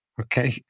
okay